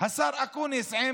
השר אקוניס עם